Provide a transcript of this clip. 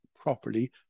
properly